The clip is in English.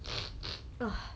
ugh